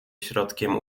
środkiem